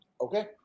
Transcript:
Okay